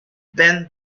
then